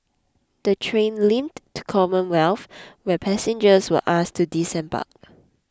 the train limped to Commonwealth where passengers were asked to disembark